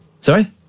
Sorry